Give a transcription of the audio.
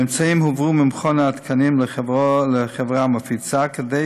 הממצאים הועברו ממכון התקנים לחברה המפיצה כדי